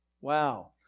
Wow